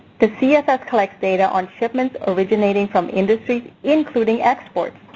the cfs collects data on shipments originating from industries including exports.